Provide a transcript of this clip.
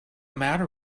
matter